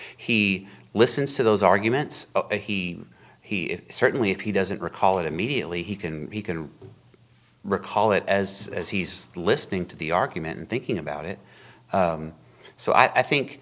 he listens to those arguments he he certainly if he doesn't recall it immediately he can he can recall it as as he's listening to the argument and thinking about it so i think